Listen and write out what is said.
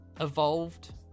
evolved